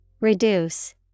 Reduce